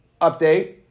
update